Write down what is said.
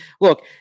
Look